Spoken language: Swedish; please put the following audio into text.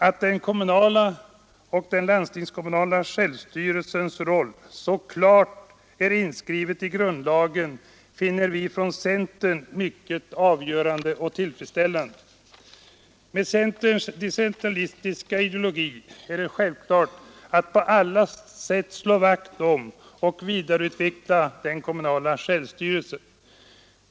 Att den kommunala och den landstingskommunala självstyrelsens roll så klart är inskriven i grundlagen finner vi i centern mycket avgörande och tillfredsställande. Med centerns decentralistiska ideologi är det självklart att på allt sätt slå vakt om och vidareutveckla den kommunala självstyrelsen.